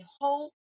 hope